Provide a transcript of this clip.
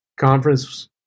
conference